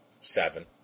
seven